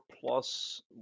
plus